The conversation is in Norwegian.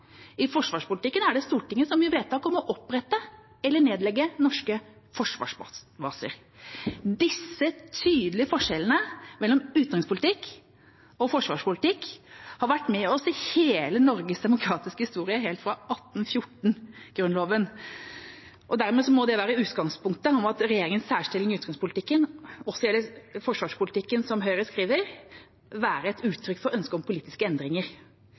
I forsvarspolitikken er det Stortinget som gjør vedtak om å opprette eller nedlegge norske forsvarsbaser. Disse tydelige forskjellene mellom utenrikspolitikk og forsvarspolitikk har vært med oss i hele i Norges demokratiske historie, helt fra 1814-grunnloven. Dermed må det i utgangspunktet – at regjeringens særstilling i utenrikspolitikken også gjelder forsvarspolitikken, som Høyre skriver – være et uttrykk for ønske om politiske endringer.